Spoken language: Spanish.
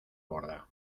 borda